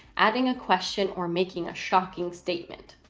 adding a question or making a shocking statement.